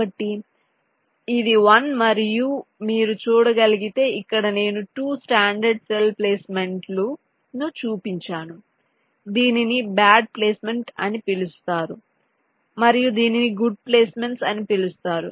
కాబట్టి ఇది 1 మరియు మీరు చూడగలిగితే ఇక్కడ నేను 2 స్టాండర్డ్ సెల్ ప్లేస్మెంట్లను చూపించాను దీనిని బ్యాడ్ ప్లేస్మెంట్ అని పిలుస్తారు మరియు దీనిని గుడ్ ప్లేస్మెంట్స్ అని పిలుస్తారు